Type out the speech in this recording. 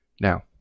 Now